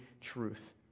truth